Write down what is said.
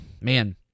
Man